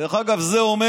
דרך אגב, את זה אומר